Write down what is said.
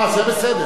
אה, זה בסדר.